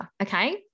Okay